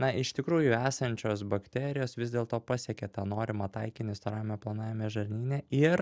na iš tikrųjų esančios bakterijos vis dėlto pasiekė tą norimą taikinį storajame plonajame žarnyne ir